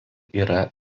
yra